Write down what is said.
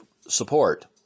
support